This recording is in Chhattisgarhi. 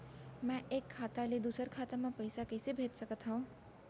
मैं एक खाता ले दूसर खाता मा पइसा कइसे भेज सकत हओं?